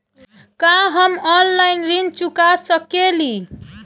का हम ऑनलाइन ऋण चुका सके ली?